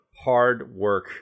hard-work